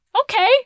okay